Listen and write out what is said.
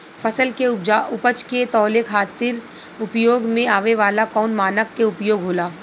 फसल के उपज के तौले खातिर उपयोग में आवे वाला कौन मानक के उपयोग होला?